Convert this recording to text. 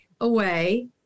away